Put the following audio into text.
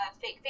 fake